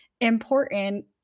important